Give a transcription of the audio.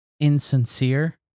Insincere